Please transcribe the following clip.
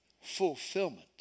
fulfillment